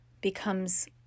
becomes